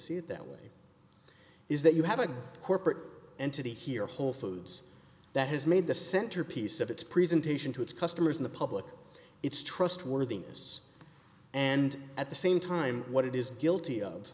see it that way is that you have a corporate entity here wholefoods that has made the centerpiece of its presentation to its customers in the public it's trustworthiness and at the same time what it is guilty of